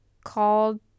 called